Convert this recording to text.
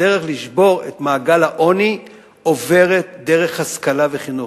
הדרך לשבור את מעגל העוני עוברת דרך השכלה וחינוך,